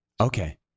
Okay